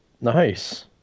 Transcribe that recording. Nice